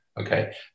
okay